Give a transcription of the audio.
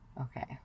okay